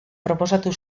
proposatu